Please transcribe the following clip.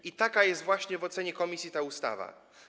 I taka jest właśnie w ocenie komisji ta ustawa.